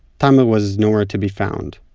tamer was nowhere to be found.